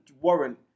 warrant